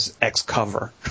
X-Cover